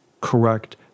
correct